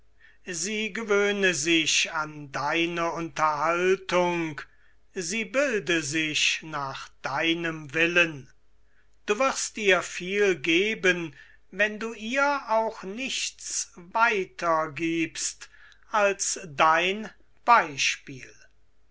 sie gewöhne sich an deine unterhaltung sie bilde sich nach deinem willen du wirst ihr viel geben wenn du ihr auch nichts weitergibst als dein beispiel